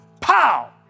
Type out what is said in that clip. Pow